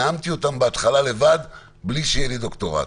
נאמתי אותם בהתחלה לבד בלי שיהיה לי דוקטורט.